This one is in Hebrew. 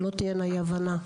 שלא תהיינה אי הבנה.